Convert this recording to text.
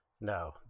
No